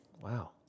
Wow